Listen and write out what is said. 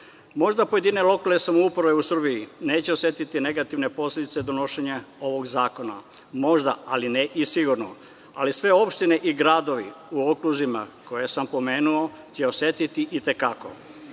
Možda pojedine lokalne samouprave u Srbiji neće osetiti negativne posledice donošenja ovog zakona, možda, ali ne i sigurno, ali sve opštine i gradovi u okruzima koje sam pomenuo će osetiti i te kako.